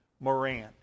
Moran